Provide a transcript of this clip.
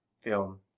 Film